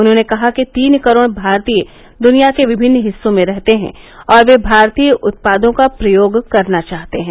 उन्होंने कहा कि तीन करोड़ भारतीय दुनिया के विभिन्न हिस्सों में रहते हैं और वे भारतीय उत्यादों का प्रयोग करना चाहते हैं